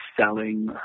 selling